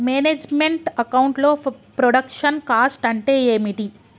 Manage meant account లో production cost అంటే ఏమిటి?